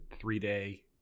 three-day